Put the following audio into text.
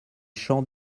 champs